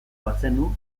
bazenu